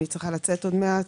אני צריכה לצאת עוד מעט,